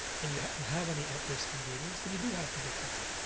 and you have any at-risk ingredients, then you do have to get tested.